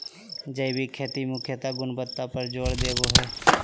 जैविक खेती मुख्यत गुणवत्ता पर जोर देवो हय